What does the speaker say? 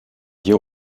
hier